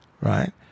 Right